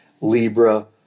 Libra